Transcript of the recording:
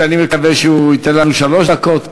שאני מקווה שהוא ייתן לנו שלוש דקות,